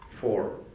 four